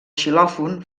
xilòfon